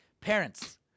Parents